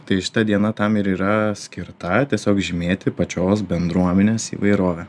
tai šita diena tam ir yra skirta tiesiog žymėti pačios bendruomenės įvairovę